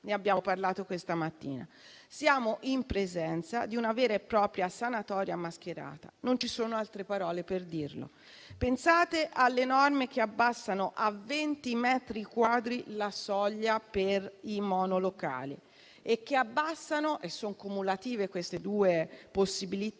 come abbiamo detto questa mattina. Siamo in presenza di una vera e propria sanatoria mascherata. Non ci sono altre parole per dirlo. Pensate alle norme che abbassano a 20 metri quadri la soglia per i monolocali e che abbassano - son cumulative queste due possibilità